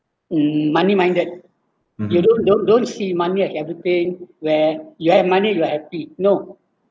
mm money-minded you don't don't don't see money as everything where you have money you happy no